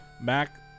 Mac